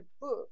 book